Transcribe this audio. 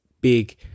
big